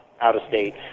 out-of-state